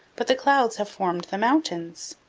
but the clouds have formed the mountains.